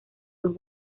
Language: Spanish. dos